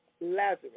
Lazarus